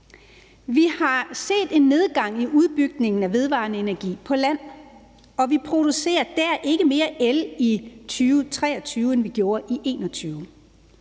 Vi har set en nedgang i udbygningen af vedvarende energi på land, og vi producerer dér ikke mere el i 2023, end vi gjorde i 2021.